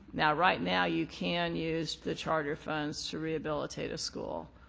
now, right now, you can use the charter funds to rehabilitate a school.